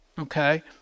okay